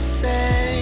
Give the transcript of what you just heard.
say